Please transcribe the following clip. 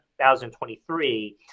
2023